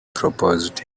proposed